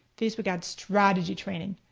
facebook ad strategy training,